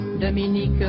Dominique